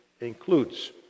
includes